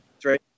three